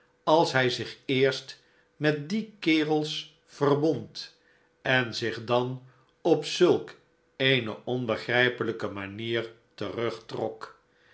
als hij zich eerst met die kerels verbond en zich dan op zulk eene onbegrijpelijke manier terugtrok